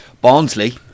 Barnsley